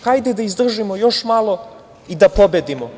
Hajde da izdržimo još malo i da pobedimo.